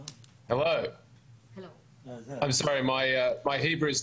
שמשמר הצלה ימי הוא חלק